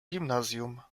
gimnazjum